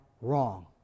wrong